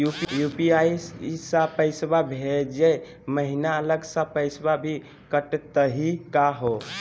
UPI स पैसवा भेजै महिना अलग स पैसवा भी कटतही का हो?